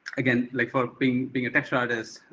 again, like for being being a texture artist,